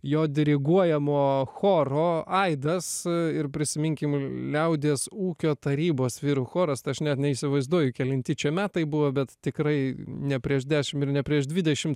jo diriguojamo choro aidas ir prisiminkim liaudies ūkio tarybos vyrų choras tai aš net neįsivaizduoju kelinti čia metai buvo bet tikrai ne prieš dešim ir ne prieš dvidešimt